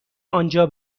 آنجا